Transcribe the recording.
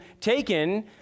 taken